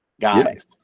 guys